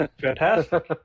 Fantastic